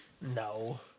No